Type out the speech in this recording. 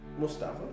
Mustafa